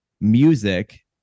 music